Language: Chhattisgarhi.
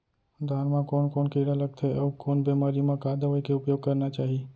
धान म कोन कोन कीड़ा लगथे अऊ कोन बेमारी म का दवई के उपयोग करना चाही?